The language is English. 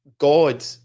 God